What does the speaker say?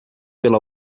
pela